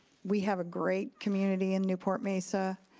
we have a great community in newport mesa.